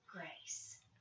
grace